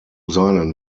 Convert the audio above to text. seinen